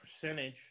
percentage